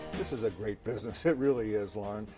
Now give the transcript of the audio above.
this is a great business. it really is, lauren.